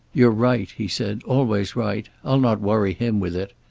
you're right, he said. always right. i'll not worry him with it.